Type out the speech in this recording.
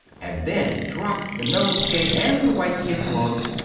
and then dropped the nosegay and the white kid gloves,